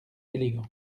élégant